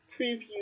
Preview